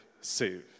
save